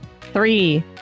Three